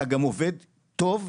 אתה גם עובד טוב,